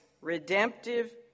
redemptive